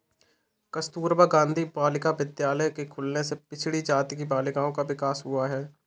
कस्तूरबा गाँधी बालिका विद्यालय के खुलने से पिछड़ी जाति की बालिकाओं का विकास हुआ है